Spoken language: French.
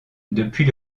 depuis